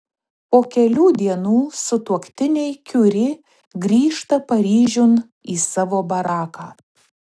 po kelių dienų sutuoktiniai kiuri grįžta paryžiun į savo baraką